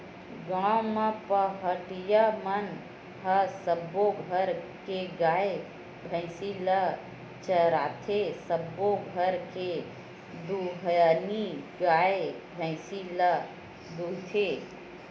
गाँव म पहाटिया मन ह सब्बो घर के गाय, भइसी ल चराथे, सबो घर के दुहानी गाय, भइसी ल दूहथे